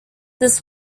this